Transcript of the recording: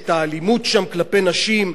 את האלימות שם כלפי נשים,